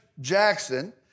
Jackson